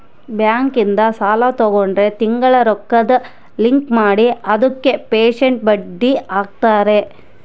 bank ಇಂದ ಸಾಲ ತಗೊಂಡ್ರ ತಿಂಗಳ ರೊಕ್ಕದ್ ಲೆಕ್ಕ ಮಾಡಿ ಅದುಕ ಪೆರ್ಸೆಂಟ್ ಬಡ್ಡಿ ಹಾಕ್ತರ